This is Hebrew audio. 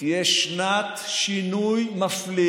עליה א-רחמה,